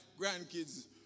grandkids